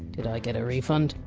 did i get a refund?